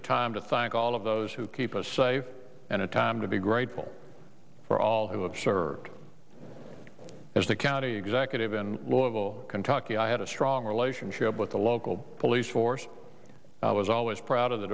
a time to thank all of those who keep us safe and a time to be grateful for all who have served as the county executive in local kentucky i had a strong relationship with the local police force i was always proud of the